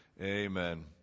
Amen